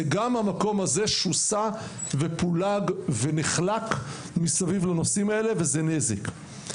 גם המקום הזה שוסע ופולג ונחלק מסביב לנושאים האלה וזה נזק.